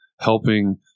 helping